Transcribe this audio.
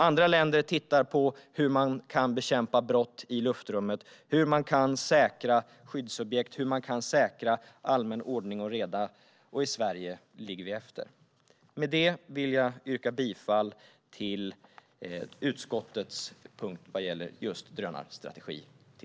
Andra länder tittar på hur man kan bekämpa brott i luftrummet och hur man kan säkra skyddsobjekt och allmän ordning och reda. I Sverige ligger vi efter. Med detta yrkar jag bifall till utskottets förslag gällande punkten om drönarstrategi.